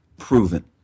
proven